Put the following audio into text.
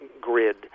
grid